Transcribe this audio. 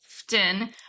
Often